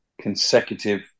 consecutive